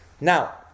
Now